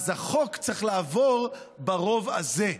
אז החוק צריך לעבור ברוב הזה.